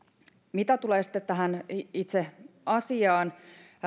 mitä tulee sitten tähän itse asiaan